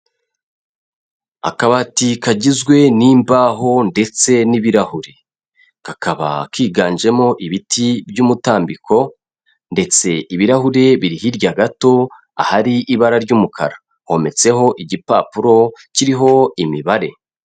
Akabati kagizwe n'imbaho ndetse n'ibirahuri, kakaba kiganjemo ibiti by'umutambiko ndetse ibirahure biri hirya gato ahari ibara ry'umukara, hometseho igipapuro kiriho imibare.